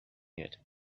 yet